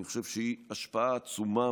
היא עצומה,